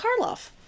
Karloff